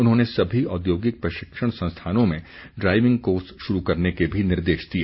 उन्होंने सभी औद्योगिक प्रशिक्षण संस्थानों में ड्राइविंग कोर्स शुरू करने के भी निर्देश दिए